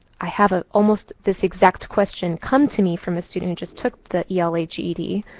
i had ah almost this exact question come to me from a student who just took the ela ged.